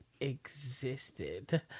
existed